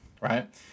right